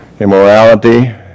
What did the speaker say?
immorality